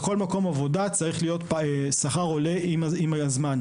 בכל מקום עבודה צריך להיות שכר עולה עם הזמן,